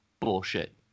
bullshit